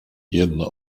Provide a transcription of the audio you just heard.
jedno